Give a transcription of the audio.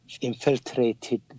infiltrated